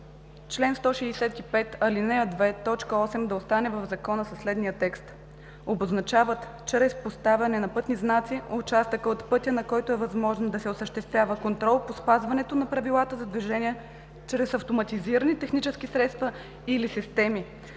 чл. 165, ал. 2, т. 8 да остане в Закона със следния текст: „обозначават чрез поставяне на пътни знаци участъка от пътя, на който е възможно да се осъществява контрол по спазването на правилата за движение чрез автоматизирани технически средства или системи,